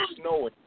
snowing